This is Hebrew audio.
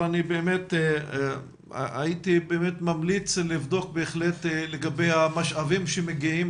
אבל הייתי ממליץ לבדוק לגבי המשאבים שמגיעים